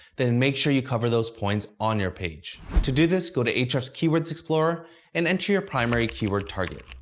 then make sure you cover those points on your page. to do this, go to ahrefs keywords explorer and enter your primary keyword target.